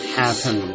happen